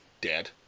dead